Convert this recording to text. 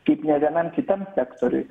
kaip nė vienam kitam sektoriuj